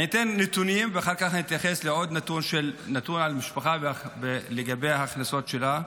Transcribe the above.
אתן נתונים ואחר כך אתייחס לעוד נתון לגבי הכנסות של משפחה: